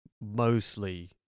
Mostly